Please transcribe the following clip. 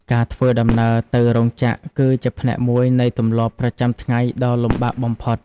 ការធ្វើដំណើរទៅរោងចក្រ គឺជាផ្នែកមួយនៃទម្លាប់ប្រចាំថ្ងៃដ៏លំបាកបំផុត។